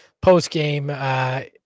post-game